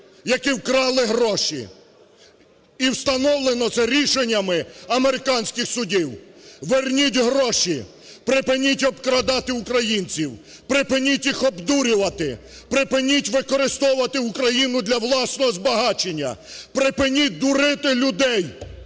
які вкрали гроші, і встановлено це рішеннями американських судів, верніть гроші, припиніть обкрадати українців, припиніть їх обдурювати, припиніть використовувати Україну для власного збагачення. Припиніть дурити людей!